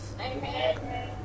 Amen